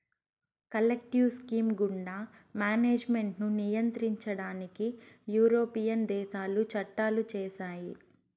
collective scheme గుండా management ను నియంత్రించడానికి యూరోపియన్ దేశాలు చట్టాలు చేశాయి